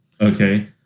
okay